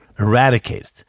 eradicated